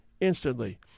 instantly